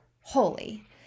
holy